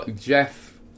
Jeff